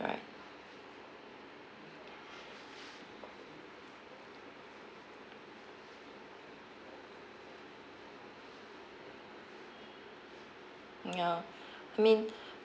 right ya I mean